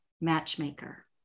matchmaker